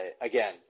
Again